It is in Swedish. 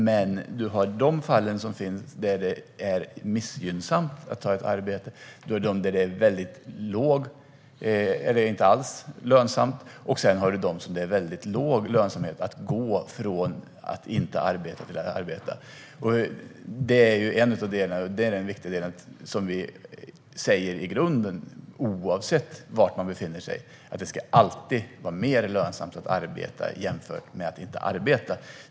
Men det finns fall där det är missgynnande att ta ett arbete. Det finns fall där det inte alls är lönsamt. Sedan finns det fall där det är en väldigt låg lönsamhet i att gå från att inte arbeta till att arbeta. Det är en av delarna. Den viktiga delen, som vi säger, är att det oavsett var man befinner sig alltid ska vara mer lönsamt att arbeta än att inte arbeta.